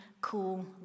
cool